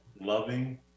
loving